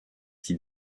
qui